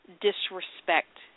disrespect